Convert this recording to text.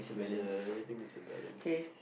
ya everything needs a balance